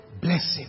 blessing